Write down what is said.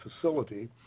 facility